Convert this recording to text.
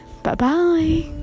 Bye-bye